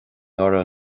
nóra